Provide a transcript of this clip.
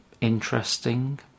interesting